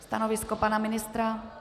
Stanovisko pana ministra?